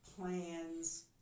plans